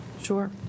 Sure